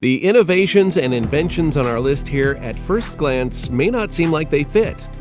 the innovations and inventions on our list here, at first glance, may not seem like they fit.